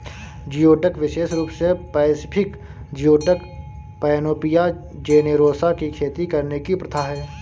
geoduck विशेष रूप से पैसिफिक जियोडक, पैनोपिया जेनेरोसा की खेती करने की प्रथा है